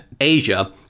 Asia